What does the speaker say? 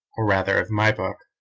or rather of my book,